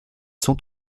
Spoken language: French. sont